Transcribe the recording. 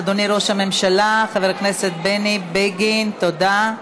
אדוני ראש הממשלה, חבר הכנסת בני בגין, תודה.